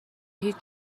هیچ